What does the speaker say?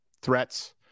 threats